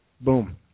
Boom